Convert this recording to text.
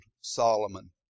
Solomon